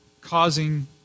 causing